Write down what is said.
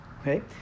okay